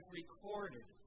recorded